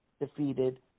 defeated